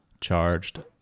charged